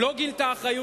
אני אדבר אל